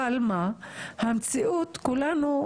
אבל כולנו יודעים,